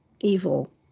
evil